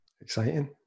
Exciting